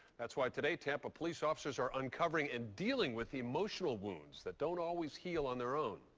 that's why today tampa police officers are uncovering and dealing with the emotional wounds that don't always heal on their own.